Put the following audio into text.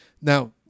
now